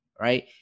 right